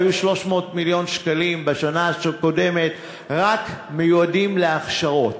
היו 300 מיליון שקלים בשנה הקודמת המיועדים רק להכשרות.